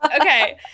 okay